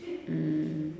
mm